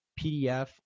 PDF